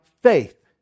faith